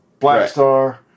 Blackstar